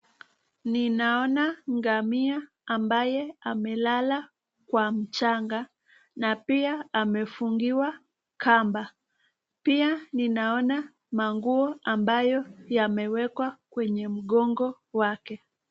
Ninaona ngamia ambaye amelala kwa mchanga na pia amefungiwa kamba. Pia ninaona manguo ambayo yamewekwa kwenye mgongo wake.